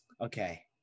okay